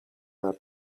her